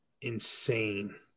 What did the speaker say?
insane